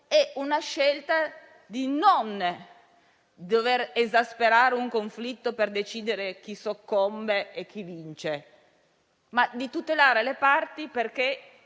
la scelta di non esasperare un conflitto per decidere chi soccombe e chi vince, ma di tutelare le parti perché